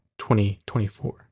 2024